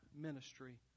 ministry